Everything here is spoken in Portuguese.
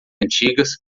antigas